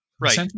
right